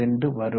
62 வரும்